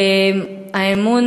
האמון